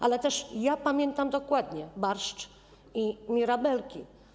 Ale też pamiętam dokładnie barszcz i mirabelki.